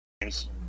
games